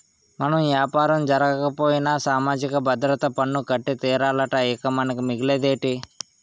మన యాపారం జరగకపోయినా సామాజిక భద్రత పన్ను కట్టి తీరాలట ఇంక మనకి మిగిలేదేటి